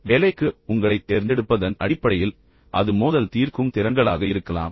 வேலைக்கு உங்களைத் தேர்ந்தெடுப்பதன் அடிப்படையில் அது மோதல் தீர்க்கும் திறன்களாக இருக்கலாம்